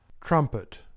Trumpet